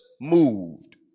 moved